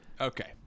Okay